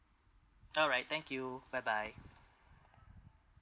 alright thank you bye bye